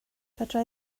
fedra